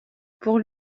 pour